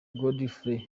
godefroid